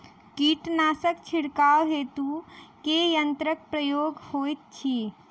कीटनासक छिड़काव हेतु केँ यंत्रक प्रयोग होइत अछि?